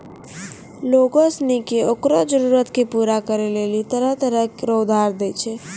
लोग सनी के ओकरो जरूरत के पूरा करै लेली तरह तरह रो उधार दै छै